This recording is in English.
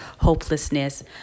hopelessness